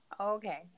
Okay